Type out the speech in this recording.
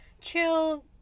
chill-